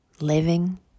living